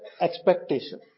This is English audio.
expectation